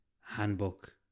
handbook